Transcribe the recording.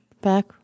Back